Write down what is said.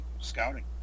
scouting